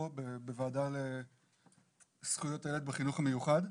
זאת יוזמה שהתחילה באיזשהו דיון פה בוועדה לזכויות הילד בחינוך המיוחד.